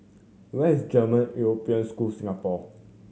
where is German European School Singapore